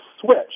switch